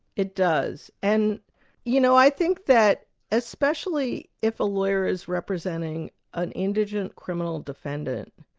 it does. and you know, i think that especially if a lawyer is representing an indigent criminal defendant,